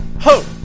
Ho